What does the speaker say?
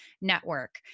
network